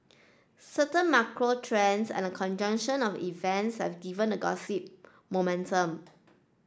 certain macro trends and a conjunction of events have given the gossip momentum